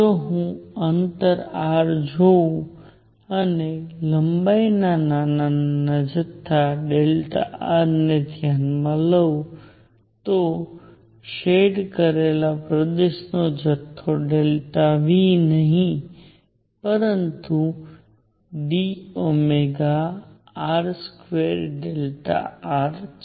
જો હું અંતર r જોઉં અને લંબાઈના નાના જથ્થા r ને ધ્યાનમાં લઉં તો શેડ કરેલા પ્રદેશનો જથ્થો V નહીં પરંતુ dΩr2Δr છે